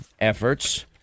efforts